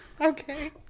Okay